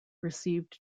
received